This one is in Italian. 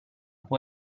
può